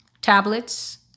tablets